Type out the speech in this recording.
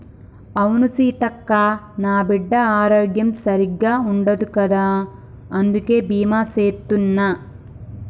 అవును సీతక్క, నా బిడ్డ ఆరోగ్యం సరిగ్గా ఉండదు కదా అందుకే బీమా సేత్తున్న